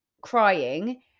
crying